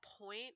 point